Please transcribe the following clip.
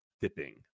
dipping